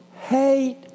hate